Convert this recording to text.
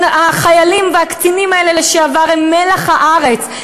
החיילים והקצינים לשעבר האלה הם מלח הארץ,